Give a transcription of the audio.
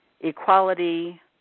equality